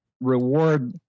reward